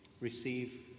receive